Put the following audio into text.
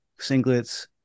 singlets